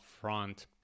front